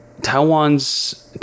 Taiwan's